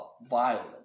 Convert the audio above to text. violent